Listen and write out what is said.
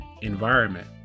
environment